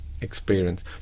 experience